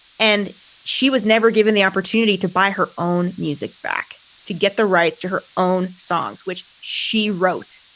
and she was never given the opportunity to buy her own music back to get the rights to her own songs, which she wrote.